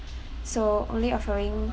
so only offering